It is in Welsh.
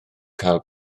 cael